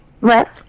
Left